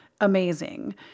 Amazing